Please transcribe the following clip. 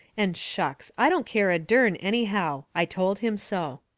and shucks i didn't care a dern, anyhow. i told him so.